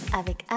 avec